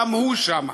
גם הוא שם.